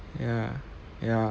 ya ya